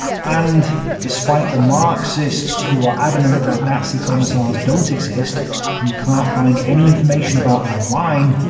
and, despite the marxists who are adamant that nazi commissars don't exist and you can't find any information about them online,